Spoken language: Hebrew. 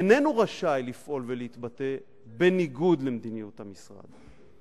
איננו רשאי לפעול ולהתבטא בניגוד למדיניות המשרד.